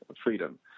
freedom